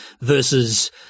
versus